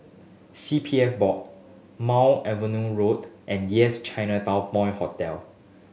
C P F Board Mount Road and Yes Chinatown Point Hotel